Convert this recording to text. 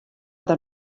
der